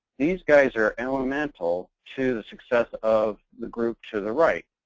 these guys are elemental to the success of the group to the right.